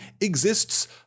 exists